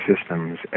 systems